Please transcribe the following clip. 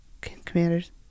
Commanders